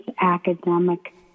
academic